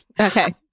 okay